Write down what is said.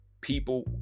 People